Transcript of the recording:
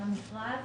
"המכרז"